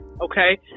okay